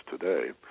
today